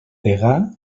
degà